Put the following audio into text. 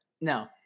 No